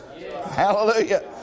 Hallelujah